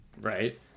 right